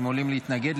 אם עולים להתנגד,